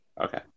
Okay